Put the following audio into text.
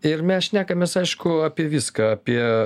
ir mes šnekamės aišku apie viską apie